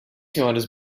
senhoras